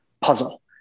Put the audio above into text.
puzzle